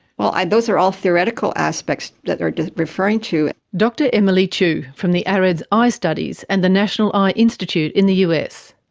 well, those are all theoretical aspects that they're referring to. dr emily chew from the areds eye studies and the national eye institute in the us.